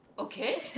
okay.